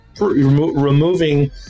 removing